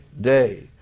day